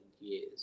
years